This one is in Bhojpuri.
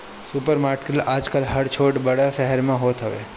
सुपर मार्किट आजकल हर छोट बड़ शहर में होत हवे